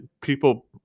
people